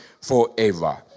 forever